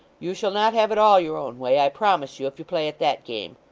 you shall not have it all your own way, i promise you, if you play at that game.